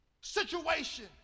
situation